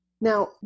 Now